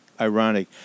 ironic